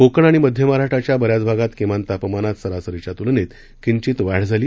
कोकण आणि मध्य महाराष्ट्राच्या बऱ्याच भागात किमान तापमानात सरासरीच्या तुलनेत किंचित वाढ झाली